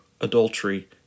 adultery